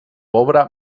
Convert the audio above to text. pobre